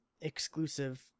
exclusive